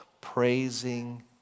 praising